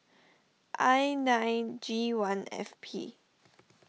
I nine G one F P